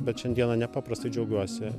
bet šiandieną nepaprastai džiaugiuosi